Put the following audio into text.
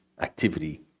activity